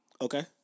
Okay